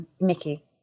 Mickey